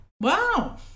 Wow